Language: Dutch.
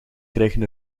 krijgen